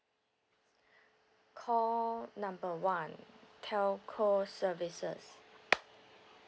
call number one telco services